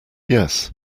yes